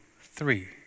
three